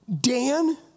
Dan